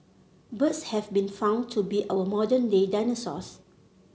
birds have been found to be our modern day dinosaurs